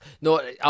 no